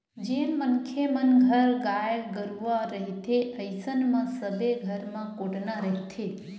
जेन मनखे मन घर गाय गरुवा रहिथे अइसन म सबे घर म कोटना रहिथे